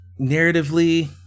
narratively